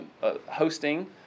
hosting